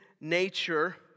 nature